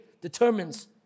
determines